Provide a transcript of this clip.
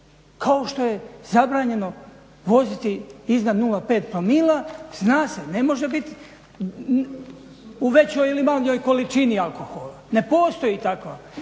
kao što je zabranjeno voziti iznad 0,5 promila, zna se ne može biti u većoj ili manjoj količini alkohola ne postoji takva.